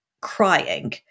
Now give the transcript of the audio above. crying